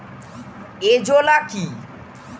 Azolla কি?